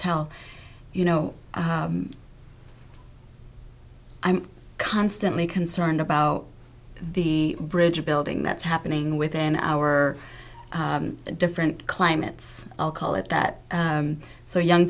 tell you know i'm constantly concerned about the bridge building that's happening within our different climates i'll call it that so young